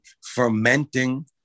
fermenting